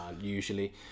usually